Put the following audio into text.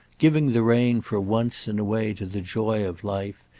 giving the rein for once in a way to the joy of life,